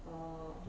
orh